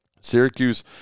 syracuse